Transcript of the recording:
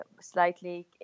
slightly